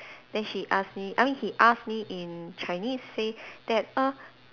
then she ask me I mean he ask me in Chinese say that err